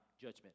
judgment